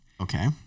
Okay